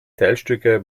teilstücke